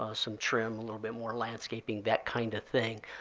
ah some trim, a little bit more landscaping, that kind of thing.